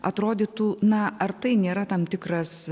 atrodytų na ar tai nėra tam tikras